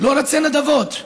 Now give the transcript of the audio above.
לא רוצה נדבות.